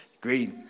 great